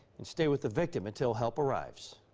and stay with the victim until help arrives.